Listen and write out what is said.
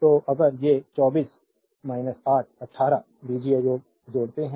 तो अगर ये 24 8 18 बीजीय योग जोड़ते हैं